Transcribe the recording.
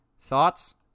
Thoughts